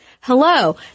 hello